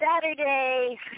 Saturday